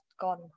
gone